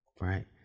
Right